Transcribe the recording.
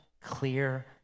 clear